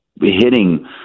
hitting